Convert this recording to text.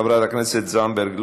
חברת הכנסת זנדברג,